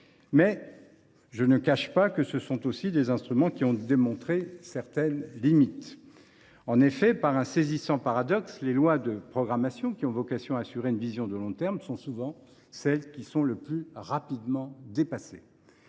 utiles et nécessaires. Certes, ce sont aussi des instruments qui présentent certaines limites. En effet, par un saisissant paradoxe, les lois de programmation, qui ont vocation à traduire une vision de long terme, sont souvent celles qui sont le plus rapidement dépassées.